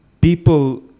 people